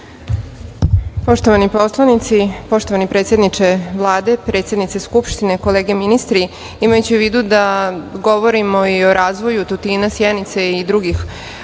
Poštovani poslanici, poštovani predsedniče Vlade, predsednice Skupštine, kolege ministri, imajući u vidu da govorimo i o razvoju Tutina, Sjenice i drugih